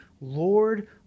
Lord